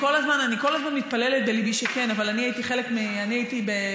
בתחומים הסוציאליים החברתיים אני מסכימה איתך.